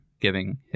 giving